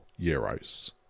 euros